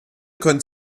können